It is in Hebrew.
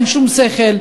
אין שום שכל,